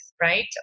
right